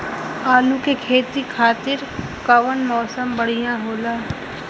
आलू के खेती खातिर कउन मौसम बढ़ियां होला?